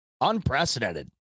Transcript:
Unprecedented